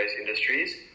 industries